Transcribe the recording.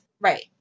right